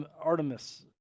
Artemis